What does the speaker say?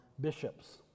bishops